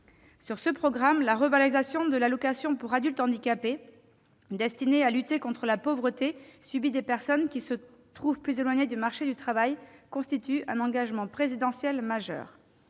Sur ce programme, la revalorisation de l'allocation aux adultes handicapés AAH destinée à lutter contre la pauvreté subie des personnes qui se trouvent plus éloignées du marché du travail constitue un engagement présidentiel majeur.